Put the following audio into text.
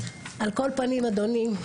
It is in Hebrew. בסוף אדוני,